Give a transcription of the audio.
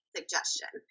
suggestion